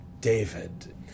David